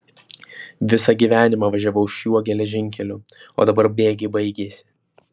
visą gyvenimą važiavau šiuo geležinkeliu o dabar bėgiai baigėsi